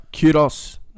kudos